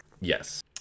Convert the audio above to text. Yes